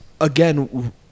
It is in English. again